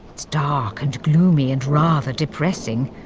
it's dark, and gloomy, and rather depressing,